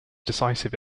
decisive